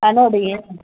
ಹಾಂ ನೋಡಿ